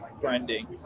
branding